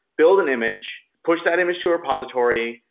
build an image, push that image to a repository,